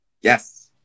yes